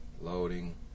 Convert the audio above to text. loading